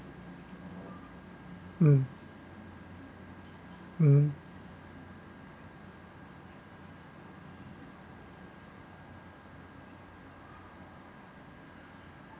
uh uh